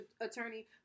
attorney